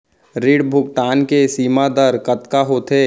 ऋण भुगतान के सीमा दर कतका होथे?